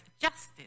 justice